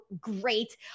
great